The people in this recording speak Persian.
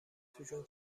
توشون